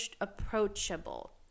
Approachable